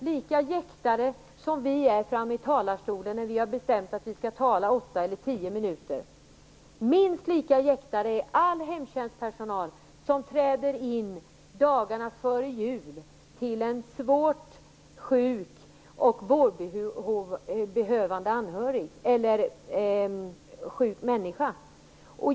Lika jäktade som vi är framme vid talarstolen när vi bestämt oss att vi skall tala åtta eller tio minuter, lika jäktad är all hemtjänstpersonal som dagarna före jul träder in hos en svårt sjuk och vårdbehövande anhörig eller en sjuk människa.